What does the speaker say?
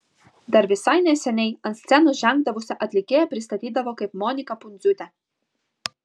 dar visai neseniai ant scenos žengdavusią atlikėją pristatydavo kaip moniką pundziūtę